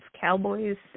Cowboys